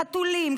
חתולים,